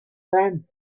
them